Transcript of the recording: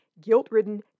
guilt-ridden